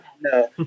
No